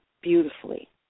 beautifully